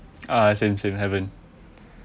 ah same same haven't